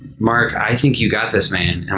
mark, i think you got this, man, and